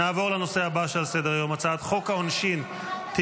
נעבור לנושא הבא על סדר-היום: הצעת חוק העונשין (תיקון,